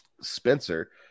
Spencer